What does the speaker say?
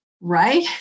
right